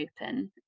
open